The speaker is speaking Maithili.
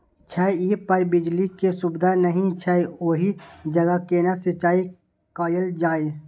छै इस पर बिजली के सुविधा नहिं छै ओहि जगह केना सिंचाई कायल जाय?